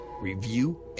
review